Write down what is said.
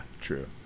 true